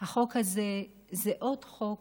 החוק הזה זה עוד חוק